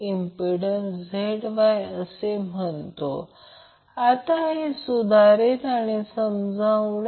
आता बॅलन्स लोडसाठी सर्व फेज एमपीडन्स समान मग्निट्यूडचे आणि समान फेजचे आहेत